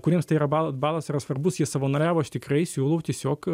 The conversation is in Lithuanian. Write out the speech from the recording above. kuriems tai yra bala balas yra svarbus jie savanoriavo aš tikrai siūlau tiesiog